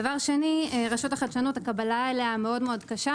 דבר שני, רשות החדשנות הקבלה אליה מאוד קשה.